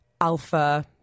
alpha